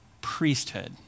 priesthood